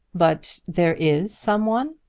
but there is some one?